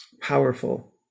powerful